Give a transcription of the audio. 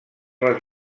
les